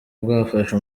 bwafashe